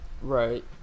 Right